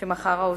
שמכר העוסק.